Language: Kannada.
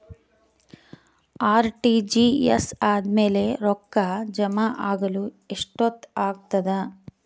ಆರ್.ಟಿ.ಜಿ.ಎಸ್ ಆದ್ಮೇಲೆ ರೊಕ್ಕ ಜಮಾ ಆಗಲು ಎಷ್ಟೊತ್ ಆಗತದ?